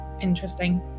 Interesting